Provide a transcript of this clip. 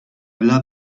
villa